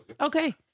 Okay